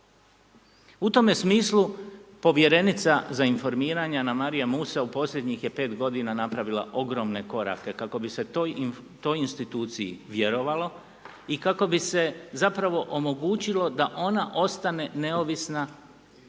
U tome smislu povjerenica za informiranje Anamarija Musa u posljednjih je 5 godina napravila ogromne korake kako bi se toj instituciji vjerovalo i kako bi se zapravo omogućilo da ona ostane neovisna